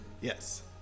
Yes